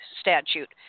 statute